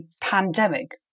pandemic